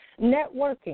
networking